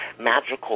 magical